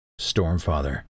Stormfather